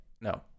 no